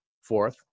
Fourth